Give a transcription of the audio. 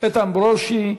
איתן ברושי.